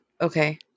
Okay